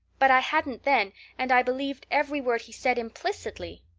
but i hadn't then and i believed every word he said implicitly.